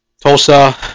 Tulsa